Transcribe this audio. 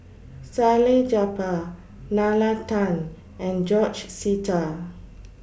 Salleh Japar Nalla Tan and George Sita